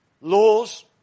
Laws